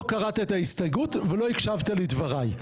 לא קראת את ההסתייגות ולא הקשבת לדבריי.